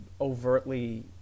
overtly